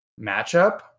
matchup